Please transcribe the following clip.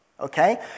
okay